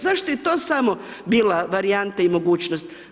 Zašto je to samo bila varijanta i mogućnost?